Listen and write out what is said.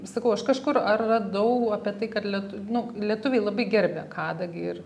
sakau aš kažkur ar radau apie tai kad lietu nu lietuviai labai gerbė kadagį ir